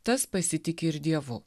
tas pasitiki ir dievu